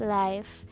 life